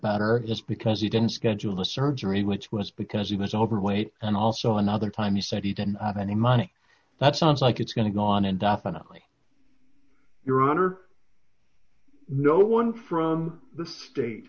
better just because he didn't schedule the surgery which was because he was overweight and also another time he said he didn't have any money that sounds like it's going to go on indefinitely your honor no one dollar from the state